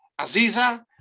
Aziza